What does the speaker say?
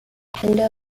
kendo